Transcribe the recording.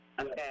Okay